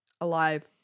alive